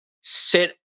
sit